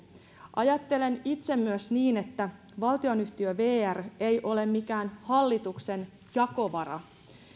ajattelen itse myös niin että valtionyhtiö vr ei ole mikään hallituksen jakovara